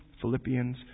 Philippians